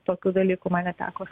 tokių dalykų man neteko